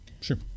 Sure